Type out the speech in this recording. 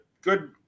good